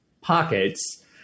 pockets